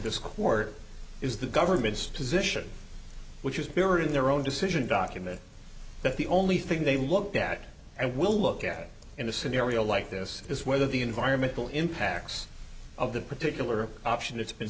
this court is the government's position which is pure in their own decision document that the only thing they looked at and will look at in a scenario like this is whether the environmental impacts of the particular option it's been